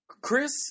Chris